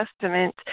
Testament